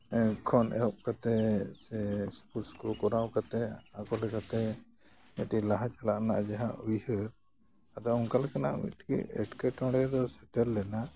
ᱠᱷᱚᱱ ᱮᱦᱚᱵ ᱠᱟᱛᱮ ᱥᱮ ᱥᱯᱳᱨᱴ ᱠᱚ ᱠᱚᱨᱟᱣ ᱠᱟᱛᱮ ᱟᱠᱚᱞᱮᱠᱟᱛᱮ ᱢᱤᱫᱴᱮᱱ ᱞᱟᱦᱟ ᱪᱟᱞᱟᱜ ᱨᱮᱱᱟᱜ ᱡᱟᱦᱟᱸ ᱩᱭᱦᱟᱹᱨ ᱟᱫᱚ ᱚᱱᱠᱟ ᱞᱮᱠᱟᱱᱟᱜ ᱢᱤᱫᱴᱮᱱ ᱮᱴᱠᱮᱴᱚᱬᱮ ᱫᱚ ᱥᱮᱴᱮᱨ ᱞᱮᱱᱟ